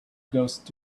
ghost